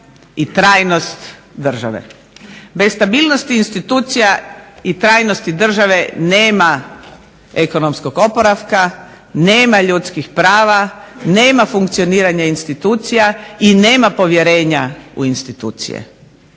i trajnost države. Bez stabilnosti institucija i trajnosti države nema ekonomskog oporavka, nema ljudskih prava, nema funkcioniranja institucija i nema povjerenja u institucije.